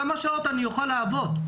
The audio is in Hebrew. כמה שעות אני אוכל לעבוד?